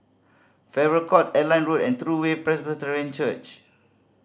Farrer Court Airline Road and True Way Church